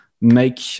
make